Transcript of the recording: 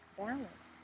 balance